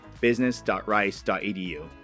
business.rice.edu